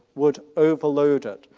would overload it.